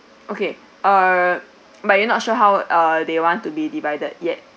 okay err but you not sure how they err want to be divided yet